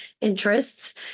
interests